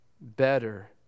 better